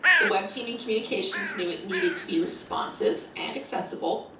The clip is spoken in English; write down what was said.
the web team in communications knew it needed to be responsive and accessible.